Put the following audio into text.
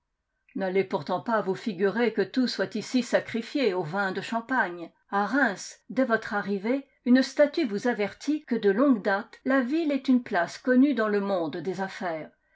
n'allez pourtant pas vous figurer que tout soit ici sacrifié aux vins de champagne a reims dès votre arrivée une statue vous avertit que de longue date la ville est une place connue dans le monde des affaires